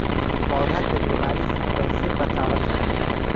पौधा के बीमारी से कइसे बचावल जा?